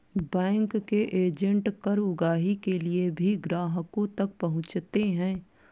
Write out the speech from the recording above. bank के agent कर उगाही के लिए भी ग्राहकों तक पहुंचते हैं